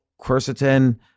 quercetin